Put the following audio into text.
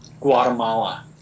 Guatemala